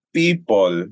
people